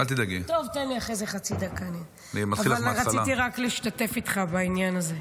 רציתי רק להשתתף איתך בעניין הזה.